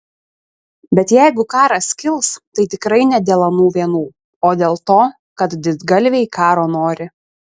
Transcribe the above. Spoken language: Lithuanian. bet jeigu karas kils tai tikrai ne dėl anų vienų o dėl to kad didgalviai karo nori